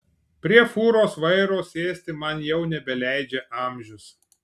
prie fūros vairo sėsti man jau nebeleidžia amžius